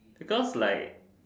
because like